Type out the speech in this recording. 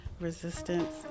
resistance